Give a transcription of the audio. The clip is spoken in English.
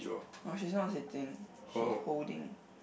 oh she's not sitting she's holding